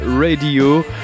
Radio